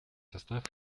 состав